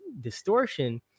distortion